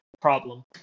problem